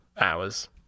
hours